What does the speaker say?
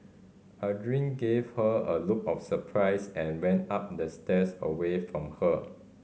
Aldrin gave her a look of surprise and ran up the stairs away from her